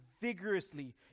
vigorously